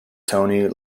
tony